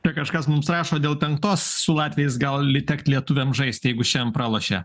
tai kažkas mums rašo dėl penktos su latviais gali tekt lietuviam žaist jeigu šian pralošia